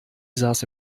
saß